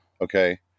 Okay